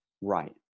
Right